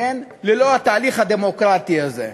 כן, ללא התהליך הדמוקרטי הזה.